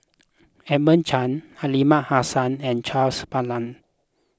Edmund Chen Aliman Hassan and Charles Paglar